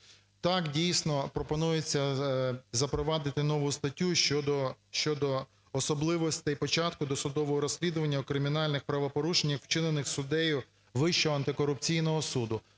Так, дійсно, пропонується запровадити нову статтю щодо особливостей початку досудового розслідування кримінальних правопорушень, вчинених суддею Вищого антикорупційного суду.